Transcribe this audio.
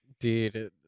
Dude